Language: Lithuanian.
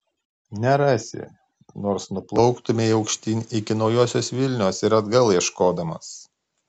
nerasi nors nuplauktumei aukštyn iki naujosios vilnios ir atgal ieškodamas